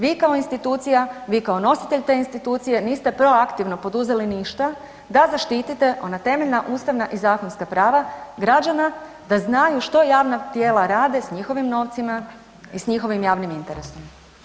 Vi kao institucija, vi kao nositelj te institucije niste proaktivno poduzeli ništa da zaštitite ona temeljna ustavna i zakonska prava građana da znaju što javna tijela rade s njihovim novcima i s njihovim javnim interesom.